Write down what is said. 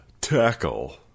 Tackle